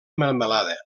melmelada